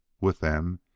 with them,